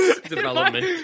development